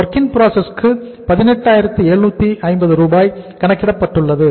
work in process க்கு 18750 ரூபாய் கணக்கிடப்பட்டுள்ளது